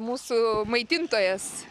mūsų maitintojas